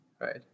right